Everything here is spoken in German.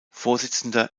vorsitzender